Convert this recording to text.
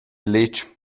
letg